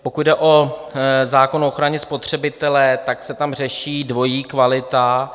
Pokud jde o zákon o ochraně spotřebitele, tak se tam řeší dvojí kvalita.